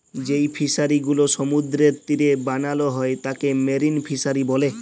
যেই ফিশারি গুলো সমুদ্রের তীরে বানাল হ্যয় তাকে মেরিন ফিসারী ব্যলে